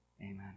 Amen